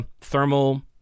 thermal